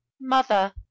Mother